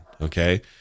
okay